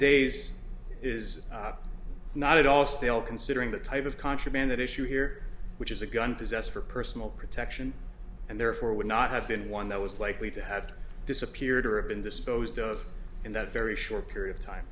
days is not at all still considering the type of contraband at issue here which is a gun possessed for personal protection and therefore would not have been one that was likely to have disappeared or of been disposed of in that very short period of time